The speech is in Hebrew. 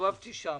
הסתובבתי שם,